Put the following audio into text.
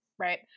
Right